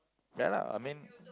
ya lah I mean